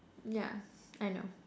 yeah I know